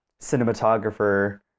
cinematographer